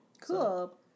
Cool